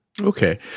Okay